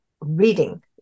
reading